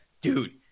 dude